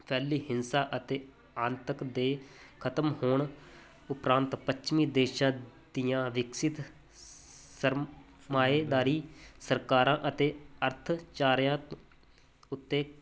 ਫੈਲੀ ਹਿੰਸਾ ਅਤੇ ਆਤੰਕ ਦੇ ਖਤਮ ਹੋਣ ਉਪਰੰਤ ਪੱਛਮੀ ਦੇਸ਼ਾਂ ਦੀਆਂ ਵਿਕਸਿਤ ਸਰਮਾਏਦਾਰੀ ਸਰਕਾਰਾਂ ਅਤੇ ਅਰਥਚਾਰਿਆਂ ਉੱਤੇ